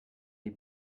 die